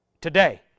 today